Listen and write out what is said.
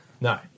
No